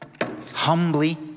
humbly